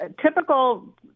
Typical